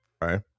right